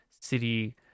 city